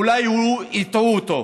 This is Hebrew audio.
אולי הטעו אותו,